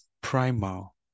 primal